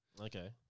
Okay